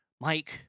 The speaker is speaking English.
Mike